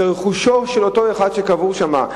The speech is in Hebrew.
זה רכושו של אותו אחד שקבור שם.